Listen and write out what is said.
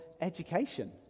education